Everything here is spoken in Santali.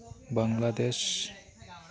ᱵᱟᱝᱞᱟᱫᱮᱥ